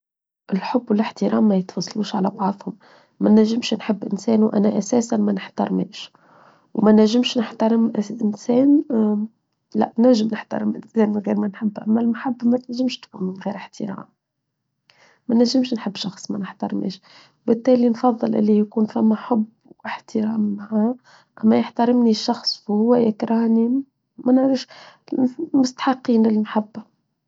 الحب والاحترام ما يتوصلوش على بعضهم ما ننجمش نحب إنسان وأنا أساساً ما نحترمش وما ننجمش نحترم إنسان لا نجم نحترم إنسان من غير ما نحترم المحبة ما تنجمش تكون من غير احترام ما ننجمش نحب شخص ما نحترمش وبالتالي نفضل اللي يكون فما حب واحترام معاه ما يحترمني الشخص وهو يكرهني ما نعرف مستحقين المحبة.